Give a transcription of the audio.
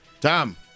Tom